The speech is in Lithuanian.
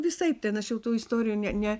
visaip ten aš jau tų istorijų ne ne